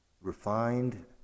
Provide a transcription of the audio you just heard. refined